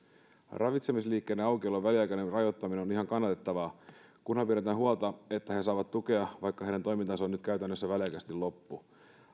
ravitsemisliikkeiden aukiolon väliaikainen rajoittaminen on ihan kannatettavaa kunhan pidetään huolta että ne saavat tukea vaikka niiden toiminta on nyt käytännössä väliaikaisesti loppu